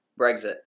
Brexit